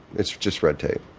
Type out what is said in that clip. it's just red tape.